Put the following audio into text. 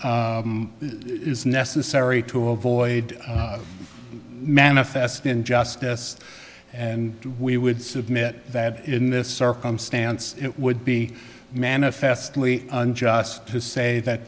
is necessary to avoid manifest injustice and we would submit that in this circumstance it would be manifestly unjust to say that